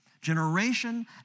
Generation